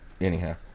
Anyhow